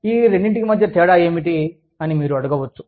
ఈ రెండింటి మధ్య తేడా ఏమిటి అని మీరు అడగవచ్చు